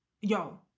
Yo